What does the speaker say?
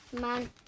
man